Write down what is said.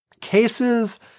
cases